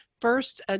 first